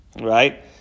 Right